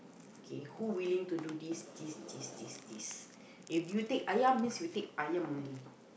kay who willing to do this this this this this if you take ayam means you take ayam only